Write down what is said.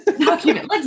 Document